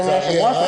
אדוני היושב-ראש,